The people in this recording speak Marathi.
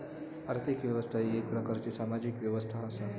आर्थिक व्यवस्था ही येक प्रकारची सामाजिक व्यवस्था असा